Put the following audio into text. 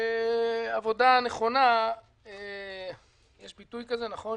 שבעבודה נכונה, יש ביטוי כזה, נכון?